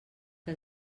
que